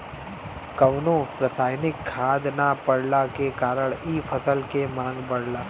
कवनो रासायनिक खाद ना पड़ला के कारण इ फसल के मांग बढ़ला